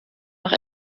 noch